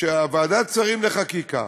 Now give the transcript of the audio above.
שכאשר ועדת שרים לחקיקה,